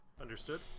Understood